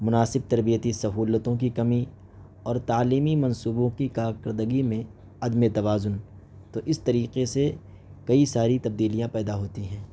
مناسب تربیتی سہولتوں کی کمی اور تعلیمی منصوبوں کی کارکردگی میں عدمِ توازن تو اس طریقے سے کئی ساری تبدیلیاں پیدا ہوتی ہیں